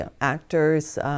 actors